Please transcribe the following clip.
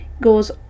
goes